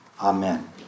Amen